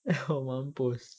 uh mampus